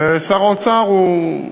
ושר האוצר הוא,